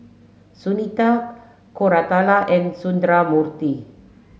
Sunita Koratala and Sundramoorthy